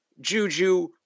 Juju